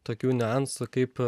tokių niuansų kaip